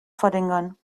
verringern